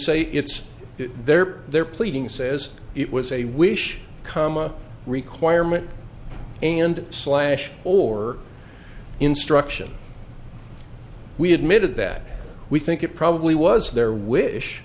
say it's they're there pleading says it was a wish comma requirement and slash or instruction we admitted that we think it probably was their wish